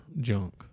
junk